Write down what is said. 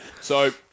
So-